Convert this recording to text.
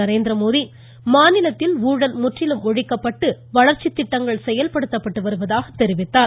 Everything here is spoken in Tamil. நரேந்திரமோடி மாநிலத்தில் ஊழல் முற்றிலும் ஒழிக்கப்பட்டு வளர்ச்சி திட்டங்கள் செயல்படுத்தப்பட்டு வருவதாக தெரிவித்தார்